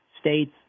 states